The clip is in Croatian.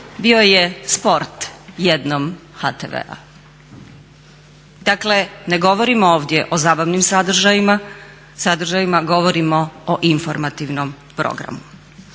bio je sport jednom HTV-a. Dakle, ne govorimo ovdje o zabavnim sadržajima, govorimo o informativnom programu.